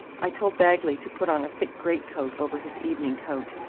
i told bagley to put on a thick greatcoat over his evening coat,